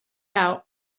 out